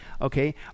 Okay